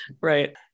Right